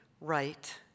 right